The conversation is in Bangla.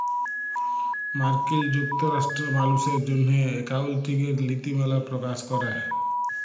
মার্কিল যুক্তরাষ্ট্রে মালুসের জ্যনহে একাউল্টিংয়ের লিতিমালা পকাশ ক্যরে